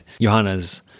Johanna's